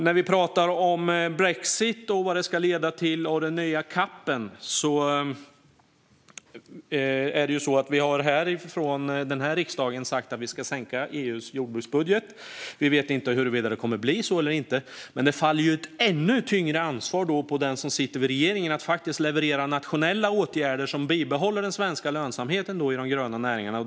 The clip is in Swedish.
När det gäller vad brexit och den nya CAP:en ska leda till har vi från denna riksdag sagt att vi vill minska EU:s jordbruksbudget. Vi vet inte huruvida det kommer att bli så eller inte. Men det ligger ett ännu större ansvar på regeringen att faktiskt leverera nationella åtgärder som bibehåller den svenska lönsamheten i de gröna näringarna.